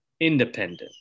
independent